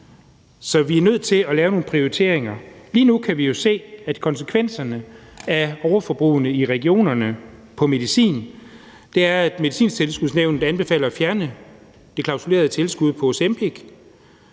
Så vi er nødt til at lave nogle prioriteringer. Lige nu kan vi jo se, at konsekvenserne af overforbruget af medicin i regionerne er, at Medicintilskudsnævnet anbefaler at fjerne det klausulerede tilskud til